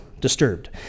disturbed